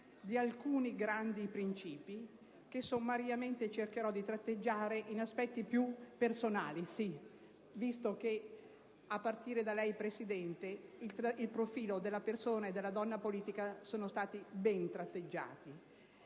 di alcuni grandi principi. Sommariamente, cercherò di tratteggiarla negli aspetti più personali, visto che a partire da lei, Presidente, il profilo della persona e della donna politica sono stati ben delineati.